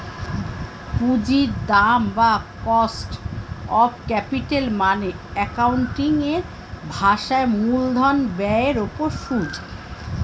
পুঁজির দাম বা কস্ট অফ ক্যাপিটাল মানে অ্যাকাউন্টিং এর ভাষায় মূলধন ব্যয়ের উপর সুদ